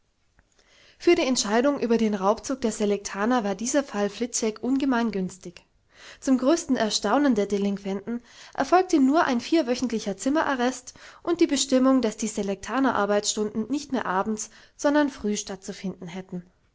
für die entscheidung über den raubzug der selektaner war dieser fall fliczek ungemein günstig zum größten erstaunen der delinquenten erfolgte nur ein vierwöchentlicher zimmerarrest und die bestimmung daß die selektanerarbeitsstunden nicht mehr abends sondern früh stattzufinden hätten